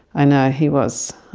i know, he was.